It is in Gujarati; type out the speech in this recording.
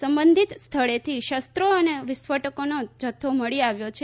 સંબંધીત સ્થળેથી શસ્ત્રો અને વિસ્ફોટકોનો જથ્થો મળી આવ્યો છે